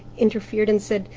interfered and said,